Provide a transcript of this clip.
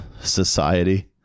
society